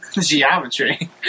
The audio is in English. Geometry